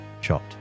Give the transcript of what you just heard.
shot